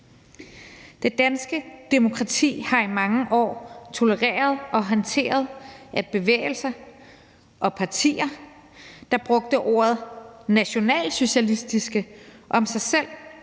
Det danske demokrati har i mange år tolereret og håndteret, at bevægelser og partier, der brugte ordet nationalsocialistiske om sig selv,